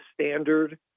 standard